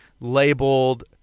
labeled